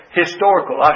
historical